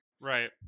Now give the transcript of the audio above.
right